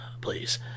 please